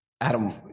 Adam